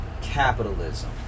capitalism